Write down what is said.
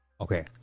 Okay